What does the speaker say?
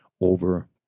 over